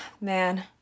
man